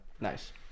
Nice